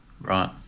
Right